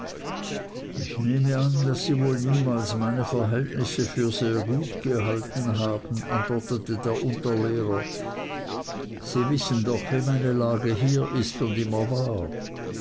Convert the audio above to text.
ich nehme an daß sie wohl niemals meine verhältnisse für sehr gut gehalten haben antwortete der unterlehrer sie wissen doch wie meine lage hier ist und immer war